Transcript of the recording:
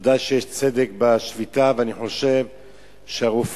ודאי שיש צדק בשביתה, ואני חושב שהרופאים,